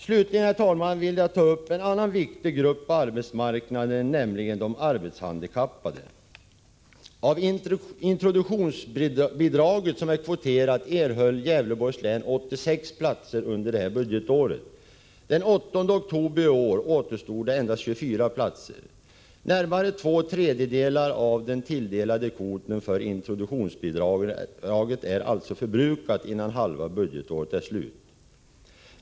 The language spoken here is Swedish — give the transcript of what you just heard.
Slutligen, herr talman, vill jag nämna en annan viktig grupp på arbetsmarknaden, nämligen de arbetshandikappade. Av det introduktionsbidrag som är kvoterat erhöll Gävleborgs län bidrag för 86 platser under det här budgetåret. Den 8 oktober i år återstod det endast 24 platser. Närmare två tredjedelar av den tilldelade kvoten för introduktionsbidraget är alltså förbrukade innan halva budgetåret är slut.